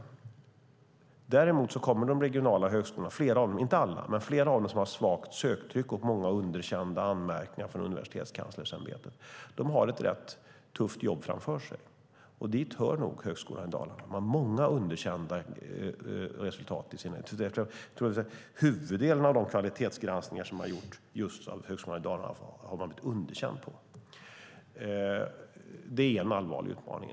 Men flera, inte alla, av de regionala högskolorna som har svagt söktryck och många anmärkningar om underkännanden från Universitetskanslersämbetet kommer att ha ett rätt tufft jobb framför sig, och dit hör nog Högskolan Dalarna. Man har många underkända resultat i utvärderingarna. I huvuddelen av de kvalitetsgranskningar som har gjorts av Högskolan Dalarna har man fått underkänt. Det är en allvarlig utmaning.